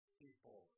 people